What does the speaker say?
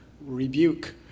Rebuke